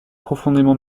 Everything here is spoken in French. profondément